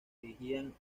dirigían